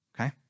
Okay